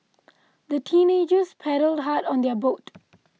the teenagers paddled hard on their boat